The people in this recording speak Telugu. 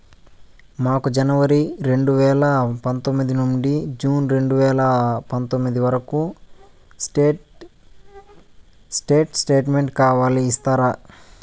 మాకు జనవరి రెండు వేల పందొమ్మిది నుండి జూన్ రెండు వేల పందొమ్మిది వరకు స్టేట్ స్టేట్మెంట్ కావాలి ఇస్తారా